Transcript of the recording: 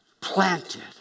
planted